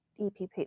EPP